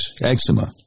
eczema